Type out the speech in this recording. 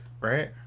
right